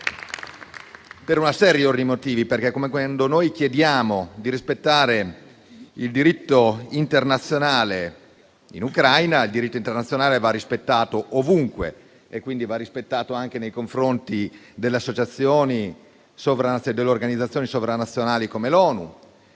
per una serie di motivi: come quando noi chiediamo di rispettare il diritto internazionale in Ucraina, il diritto internazionale va rispettato ovunque e, quindi, va rispettato anche nei confronti delle organizzazioni sovranazionali come l'ONU.